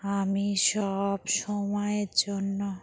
আমি সবসময়ের জন্য